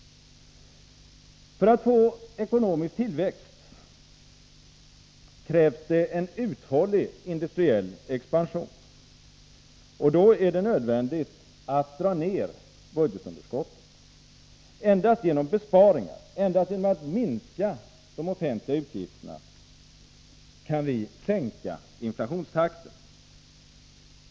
För ekonomisk tillväxt krävs en uthållig industriell expansion. Då är det nödvändigt att dra ner budgetunderskottet. Endast genom besparingar och genom att minska de offentliga utgifterna kan vi sänka inflationstakten.